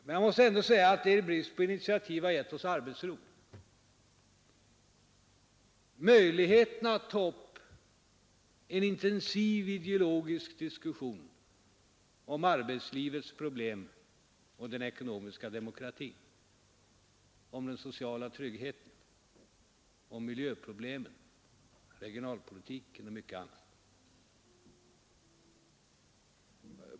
Men man måste ändå säga att er brist på initiativ gett oss arbetsro och möjlighet att ta upp en intensiv ideologisk diskussion om arbetslivets problem och den ekonomiska demokratin, om den sociala tryggheten, om miljöproblemen, regionalpolitiken och mycket annat.